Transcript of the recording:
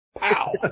Pow